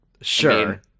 sure